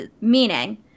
meaning